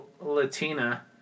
Latina